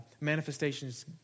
manifestations